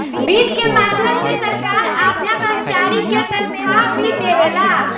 वित्त के माध्यम से सरकार आपना कर्मचारी के तनखाह भी देवेला